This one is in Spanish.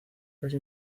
casi